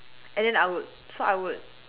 and then I would so I would